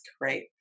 right